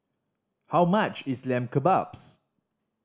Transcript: how much is Lamb Kebabs